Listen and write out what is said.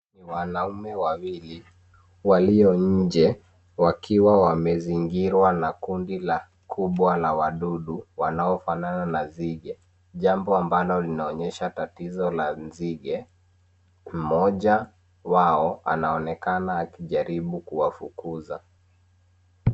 Wanaume wawili walio nje wakiwa wamezingirwa na kundi kubwa la wadudu wanaofanana na nzige. Jambao ambalo linaonyesha tatizo la nzige. Mmoja wao anaonekana akijaribu kuwafukuza.